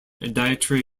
dietary